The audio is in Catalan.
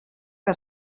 que